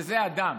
וזה אדם.